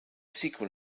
sequel